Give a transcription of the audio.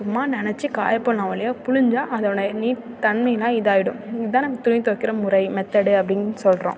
சும்மா நனைச்சி காய போடலாம் ஒழிய புழிஞ்சா அதோட நீட் தன்மையெலாம் இதாகிடும் இதுதான் நம்ம துணி துவைக்கிற முறை மெத்தேடு அப்டின்னு சொல்கிறோம்